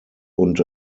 und